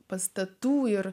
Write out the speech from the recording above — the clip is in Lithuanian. pastatų ir